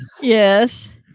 yes